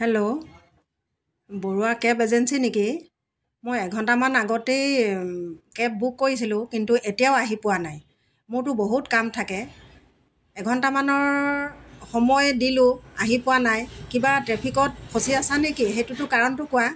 hello Baruah cab agency নেকি মই এঘন্টামান আগতেই কেব বুক কৰিছিলোঁ কিন্তু এতিয়াও আহি পোৱা নাই মোৰতো বহুত কাম থাকে এঘন্টামানৰ সময় দিলোঁ আহি পোৱা নাই কিবা ট্ৰেফিকত ফচি আছা নেকি সেইটোতো কাৰণটো কোৱা